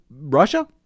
Russia